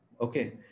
Okay